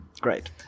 Great